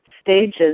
stages